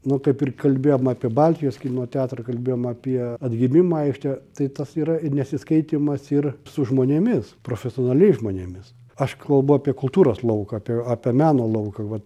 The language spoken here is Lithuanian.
nu kaip ir kalbėjom apie baltijos kino teatrą kalbėjom apie atgimimo aikštę tai tas yra ir nesiskaitymas ir su žmonėmis profesionaliais žmonėmis aš kalbu apie kultūros lauką apie apie meno lauką vat